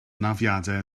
anafiadau